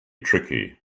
tricky